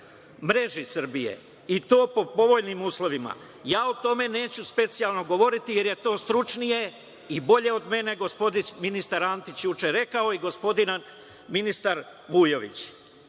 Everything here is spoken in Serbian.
Srbije“, i to po povoljnim uslovima. Ja o tome neću specijalno govoriti, jer je to stručnije i bolje od mene gospodin ministar Antić juče rekao, kao i gospodin ministar